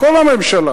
כל הממשלה